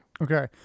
Okay